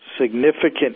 significant